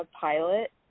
pilot